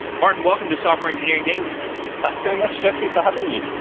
martin, welcome to software engineering daily thanks so much jeffrey for having me.